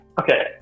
okay